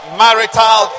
marital